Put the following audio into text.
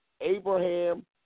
Abraham